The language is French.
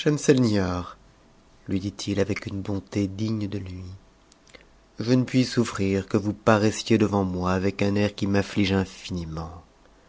lui dit-il avec une bonté digne de lui je ne puis souurir que vous paraissiez devant moi avec un air qui m'afhigc infiniment